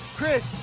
Chris